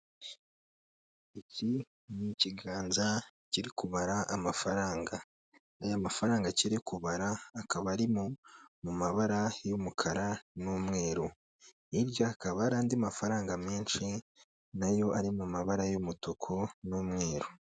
Iki ni ikiganza kiri kubara amafaranga. Aya mafaranga kiri kubara akaba ari mu mu mabara y'umukara n'umweru. Hirya akaba hari andi mafaranga menshi na yo ari mu mabara y'umutuku n'umweru.